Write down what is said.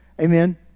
Amen